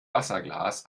wasserglas